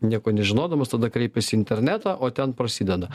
nieko nežinodamas tada kreipiasi į internetą o ten prasideda